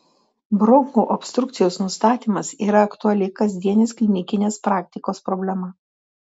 bronchų obstrukcijos nustatymas yra aktuali kasdienės klinikinės praktikos problema